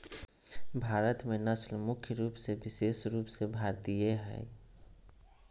भारत में नस्ल मुख्य रूप से विशेष रूप से भारतीय हइ